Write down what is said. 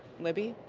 libby?